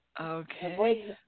Okay